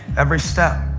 every step.